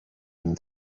him